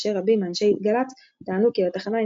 כאשר רבים מאנשי גל"צ טענו כי לתחנה אין